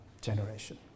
generation